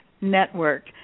network